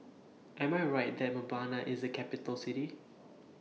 Am I Right that Mbabana IS A Capital City